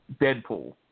Deadpool